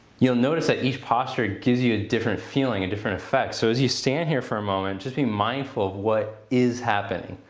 you'll notice that each posture gives you a different feeling, a different effect. so as you stand here for a moment, just be mindful of what is happening.